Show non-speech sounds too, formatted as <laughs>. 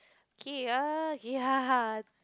okay err <laughs>